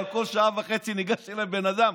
אבל כל שעה וחצי ניגש אליי בן אדם,